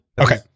Okay